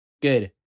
Good